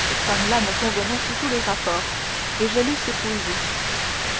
cette femme-là me convenait sous tous les rapports et je l'eusse